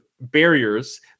barriers